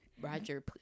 Roger